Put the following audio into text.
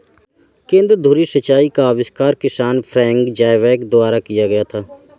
केंद्र धुरी सिंचाई का आविष्कार किसान फ्रैंक ज़ायबैक द्वारा किया गया था